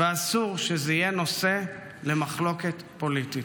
ואסור שזה יהיה נושא למחלוקת פוליטית.